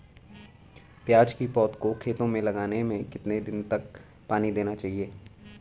प्याज़ की पौध को खेतों में लगाने में कितने दिन तक पानी देना चाहिए?